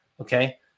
okay